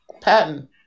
Patton